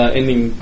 ending